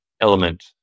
element